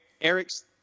eric's